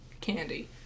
candy